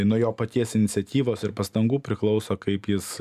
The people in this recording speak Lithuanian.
nuo jo paties iniciatyvos ir pastangų priklauso kaip jis